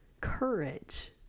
courage